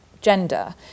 gender